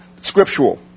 scriptural